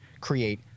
create